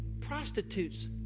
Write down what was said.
prostitutes